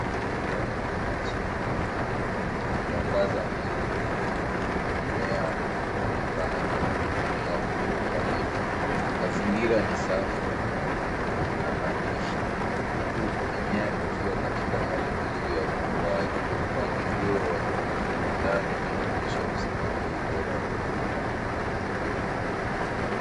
Ndani ya greenhouse kuna mwangaza mzuri na mimea inaonekana imehudumiwa kwa uangalifu. Mazingira ni safi na nadhifu huku mimea ikiwa katika hali nzuri ya ukuaji. Mpangilio wa ndani unaonyesha usimamizi bora wa kilimo.